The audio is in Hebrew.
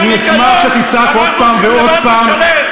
אני אשמח שתצעק עוד פעם ועוד פעם,